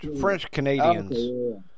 French-Canadians